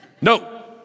No